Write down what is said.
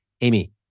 Amy